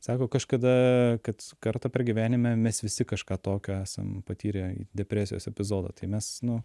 sako kažkada kad kartą per gyvenime mes visi kažką tokio esam patyrę depresijos epizodą tai mes nu